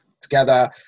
together